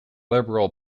liberal